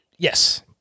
Yes